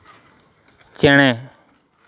ᱪᱮᱬᱮ